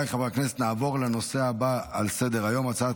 להלן תוצאות ההצבעה: 17 בעד, אין מתנגדים.